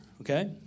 okay